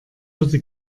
würde